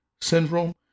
syndrome